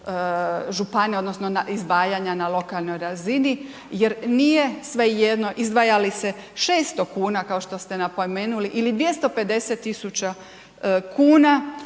županija odnosno izdvajanja na lokalnoj razini jer nije svejedno izdvaja li se 600 kuna kao što ste napomenuli ili 250.000 kuna